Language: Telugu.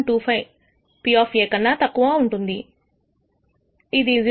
25 P కన్నా తక్కువ ఉంది ఇది 0